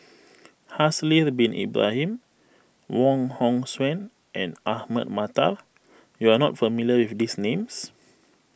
Haslir Bin Ibrahim Wong Hong Suen and Ahmad Mattar you are not familiar with these names